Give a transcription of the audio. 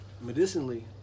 medicinally